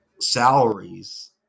salaries